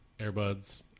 Airbuds